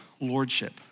lordship